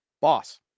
boss